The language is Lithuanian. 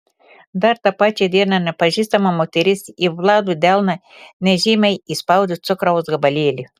dar tą pačią dieną nepažįstama moteris į vlado delną nežymiai įspaudė cukraus gabalėlį